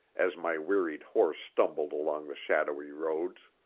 as my wearied horse stumbled along the shadowy roads.